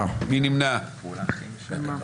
אני לא אשם שהגעתם באמצע דיון.